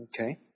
Okay